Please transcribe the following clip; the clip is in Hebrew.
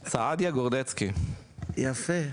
יפה.